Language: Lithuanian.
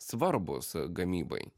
svarbūs gamybai